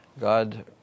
God